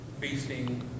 feasting